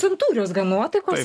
santūrios gan nuotaikos